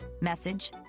message